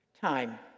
time